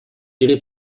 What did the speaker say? ihre